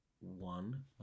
one